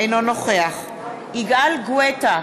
אינו נוכח יגאל גואטה,